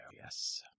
Yes